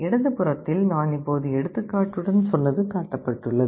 இடது புறத்தில் நான் இப்போது எடுத்துக்காட்டுடன் சொன்னது காட்டப்பட்டுள்ளது